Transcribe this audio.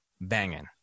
Banging